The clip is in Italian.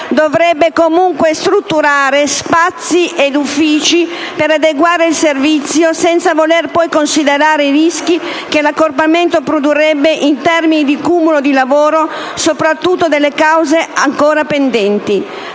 dovrebbe comunque strutturare spazi ed uffici per adeguare il servizio, senza voler poi considerare i rischi che l'accorpamento produrrebbe in termini di cumulo di lavoro, soprattutto delle cause ancora pendenti.